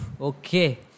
okay